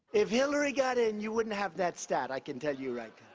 if hillary got in, you wouldn't have that stat, i can tell you right